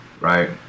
right